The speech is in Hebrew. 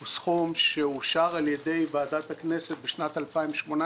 הוא סכום שאושר על ידי ועדת הכנסת בשנת 2018,